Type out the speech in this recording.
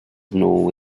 nol